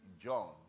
John